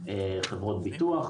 חברות ביטוח,